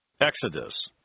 Exodus